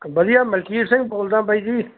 ਵਧੀਆ ਮਲਕੀਤ ਸਿੰਘ ਬੋਲਦਾ ਬਾਈ ਜੀ